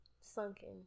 sunken